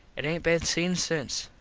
it aint been seen since.